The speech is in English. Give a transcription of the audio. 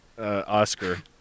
Oscar